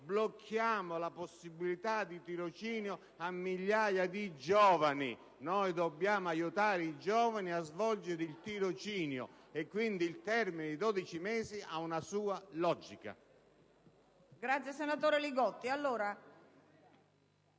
blocchiamo la possibilità di tirocinio per migliaia di giovani. Noi dobbiamo aiutare i giovani a svolgere il tirocinio; quindi il termine di dodici mesi ha una sua logica.